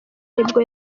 nibwo